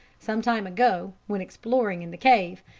some time ago, when exploring in the cave,